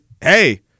hey